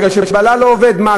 בגלל שבעלה לא עובד.